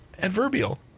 adverbial